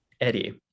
Eddie